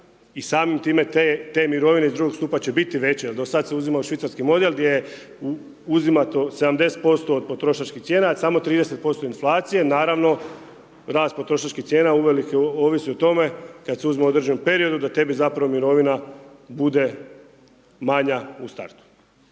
i samim time te mirovine iz drugog stupa će biti veće, jer do sad se uzimao švicarski model gdje je uzimato 70% od potrošačkih cijena, a samo 30% inflacije, naravno, rast potrošačkih cijena uvelike ovisi o tome kad se uzima u određenom periodu da tebi zapravo mirovina bude manja u startu.